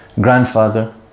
grandfather